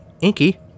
Inky